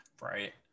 Right